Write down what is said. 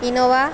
Innova